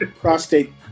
prostate